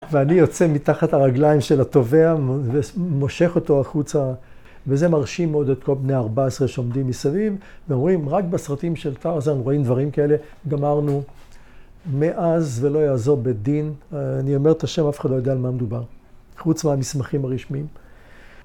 ‫ואני יוצא מתחת הרגליים ‫של הטובע ומושך אותו החוצה, ‫וזה מרשים מאוד ‫את כל בני 14 שעומדים מסביב, ‫ורואים, רק בסרטים של טרזן ‫רואים דברים כאלה. ‫גמרנו, מאז ולא יעזור בית דין, ‫אני אומר את השם ‫אף אחד לא יודע על מה מדובר, ‫חוץ מהמסמכים הרשמיים.